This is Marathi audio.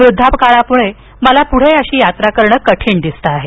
वृद्धापकाळामुळे मला पुढे अशी यात्रा करणे कठिण दिसतं आहे